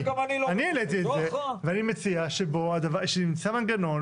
אני העליתי את זה ואני מציע שנמצא מנגנון,